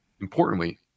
importantly